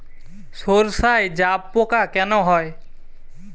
সর্ষায় জাবপোকা কেন হয়?